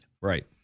Right